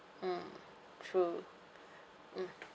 mm true mm